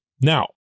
Now